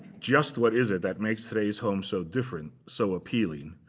just what is it that makes today's home so different, so appealing.